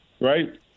right